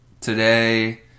today